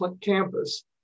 campus